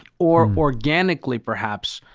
or organically perhaps?